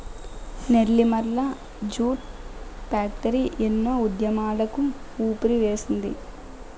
Nellimarla jute factory ఎన్నో ఉద్యమాలకు ఊపిరివేసింది